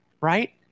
Right